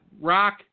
Rock